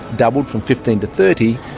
doubled from fifteen to thirty,